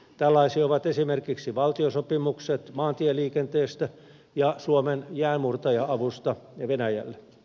tällaisia ovat esimerkiksi valtiosopimukset maantieliikenteestä ja suomen jäänmurtaja avusta venäjälle